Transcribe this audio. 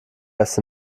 erst